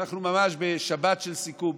אנחנו ממש בשבת של סיכום,